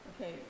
Okay